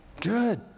good